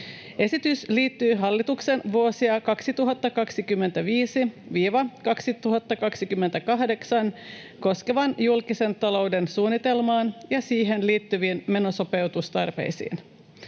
Esitys liittyy hallituksen vuosia 2025—2028 koskevaan julkisen talouden suunnitelmaan ja siihen liittyviin menosopeutustarpeisiin.